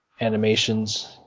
animations